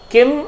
Kim